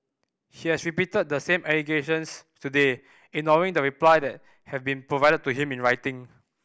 he has repeated the same allegations today ignoring the reply that have been provided to him in writing